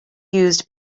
used